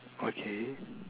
okay